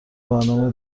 برنامه